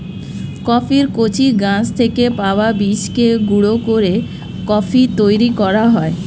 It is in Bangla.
কফির কচি গাছ থেকে পাওয়া বীজকে গুঁড়ো করে কফি তৈরি করা হয়